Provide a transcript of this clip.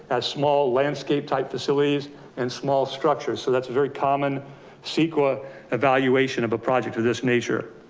as small landscape type facilities and small structures. so that's a very common ceqa ah evaluation of a project of this nature.